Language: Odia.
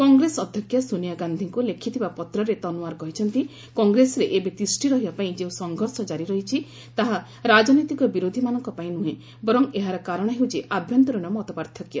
କଂଗ୍ରେସ ଅଧ୍ୟକ୍ଷା ସୋନିଆ ଗାନ୍ଧିଙ୍କୁ ଲେଖିଥିବା ପତ୍ରରେ ତନ୍ୱାର କହିଛନ୍ତି କଂଗ୍ରେସରେ ଏବେ ତିଷ୍ଠି ରହିବାପାଇଁ ଯେଉଁ ସଂଘର୍ଷ ଜାରିରହିଛି ତାହା ରାଜନୈତିକ ବିରୋଧିମାନଙ୍କ ପାଇଁ ନୁହେଁ ବରଂ ଏହାର କାରଣ ହେଉଛି ଆଭ୍ୟନ୍ତରୀଣ ମତପାର୍ଥକ୍ୟ